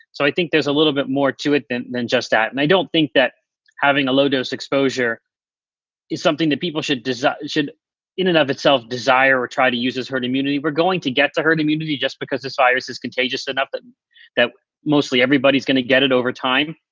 so i think there's a little bit more to it than than just that. and i don't think that having a low dose exposure is something that people should desire, should in and of itself desire try to use as herd immunity. we're going to get to herd immunity just because this virus is contagious enough that that mostly everybody's gonna get it over time.